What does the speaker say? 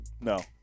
no